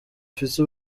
afise